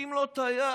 מנשקים לו את היד.